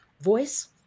voice